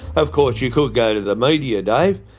of course you could go to the media, dave,